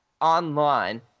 online